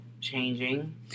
changing